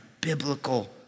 biblical